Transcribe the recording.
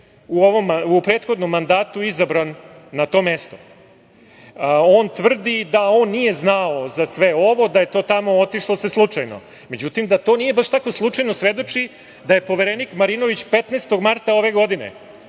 u prethodnom mandatu izabran na to mesto. On tvrdi da on nije znao za sve ovo, da je to tamo otišlo se slučajno. Međutim, da to nije baš tako slučajno svedoči da je poverenik Marinović 15. marta ove godine,